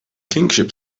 kingship